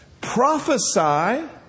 prophesy